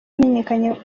wamenyekanye